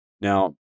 Now